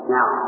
Now